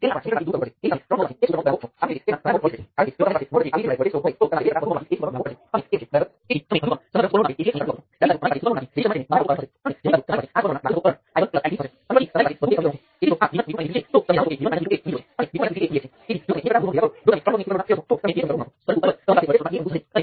તેનું યોગ્ય રીતે પૃથ્થકરણ કરવા માટે આપણે ગૌણ ચલોને ધ્યાનમાં લેવા પડશે અને તે સંશોધિત નોડલ વિશ્લેષણ તરીકે ઓળખાય છે પરંતુ આપણે આ અભ્યાસક્રમમાં તેને ધ્યાનમાં લઈશું નહીં